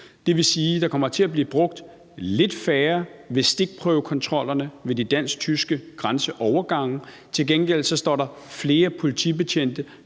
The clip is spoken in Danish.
Det vil sige, at der kommer til at blive brugt lidt færre ved stikprøvekontrollerne ved de dansk-tyske grænseovergange, men til gengæld står der flere politibetjente